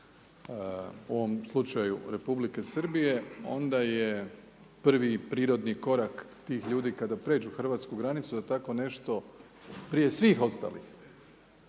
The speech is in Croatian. u ovom slučaju Republike Srbije, onda je prvi i prirodni korak tih ljudi kada pređu hrvatsku granicu da tako nešto, prije svih ostalih,